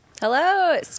Hello